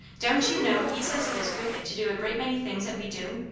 don't you know he says it is wicked to do a great many things that we do?